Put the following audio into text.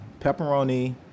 pepperoni